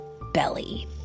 belly